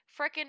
freaking